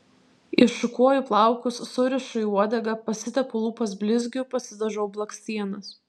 iššukuoju plaukus surišu į uodegą pasitepu lūpas blizgiu pasidažau blakstienas